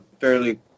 fairly